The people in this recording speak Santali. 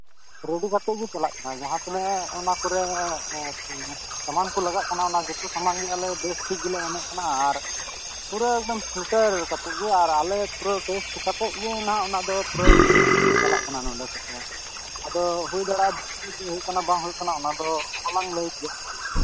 ᱨᱮᱹᱰᱤ ᱠᱟᱛᱮᱫ ᱜᱮ ᱪᱟᱞᱟᱜ ᱠᱟᱱᱟ ᱡᱟᱦᱟᱸ ᱛᱤᱱᱟᱹᱜ ᱚᱱᱟ ᱠᱚᱨᱮᱫ ᱥᱟᱢᱟᱱ ᱠᱚ ᱞᱟᱜᱟᱜ ᱠᱟᱱᱟ ᱚᱱᱟ ᱡᱚᱛᱚ ᱥᱟᱢᱟᱱ ᱜᱮᱞᱮ ᱵᱮᱥ ᱴᱷᱤᱠ ᱞᱮ ᱮᱢᱚᱜ ᱠᱟᱱᱟ ᱟᱨ ᱯᱩᱨᱟᱹ ᱮᱠᱫᱚᱢ ᱥᱮᱴᱮᱨ ᱠᱟᱛᱮᱫ ᱜᱮ ᱟᱨ ᱟᱞᱮ ᱯᱩᱨᱟᱹ ᱛᱮ ᱚᱠᱟ ᱴᱷᱮᱱ ᱜᱮ ᱚᱱᱟ ᱫᱚ ᱦᱟᱸᱜ ᱯᱩᱨᱟᱹ ᱪᱟᱞᱟᱜ ᱠᱱᱟ ᱱᱚᱰᱮ ᱠᱷᱚᱱ ᱫᱚ ᱟᱫᱚ ᱦᱩᱭ ᱫᱟᱲᱮᱭᱟᱜᱼᱟ ᱪᱮᱫ ᱦᱩᱭᱩᱜ ᱠᱟᱱᱟ ᱵᱟᱝ ᱦᱩᱭᱩᱜ ᱠᱟᱱᱟ ᱚᱱᱟᱫᱚ ᱚᱦᱚᱞᱟᱝ ᱞᱟᱹᱭ ᱠᱮᱭᱟ